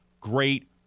Great